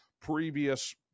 previous